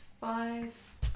five